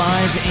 Live